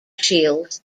shields